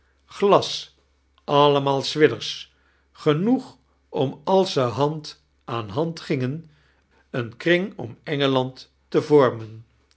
glas allemaal swidgers genoeg om als ze hand aan hand gingen een kring om engeland te vo-rmen